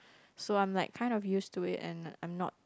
so I'm like kind of used to it and I'm not